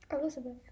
Elizabeth